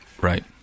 right